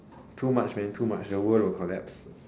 too much man too much the world will collapse